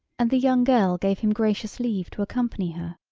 and the young girl gave him gracious leave to accompany her.